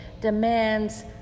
demands